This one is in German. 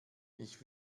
ich